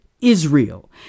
Israel